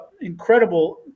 incredible